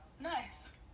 Nice